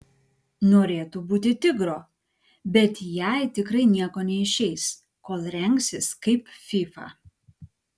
norėtų būti tigro bet jai tikrai nieko neišeis kol rengsis kaip fyfa